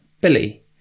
Billy